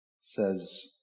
says